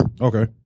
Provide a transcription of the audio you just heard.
Okay